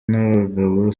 n’abagabo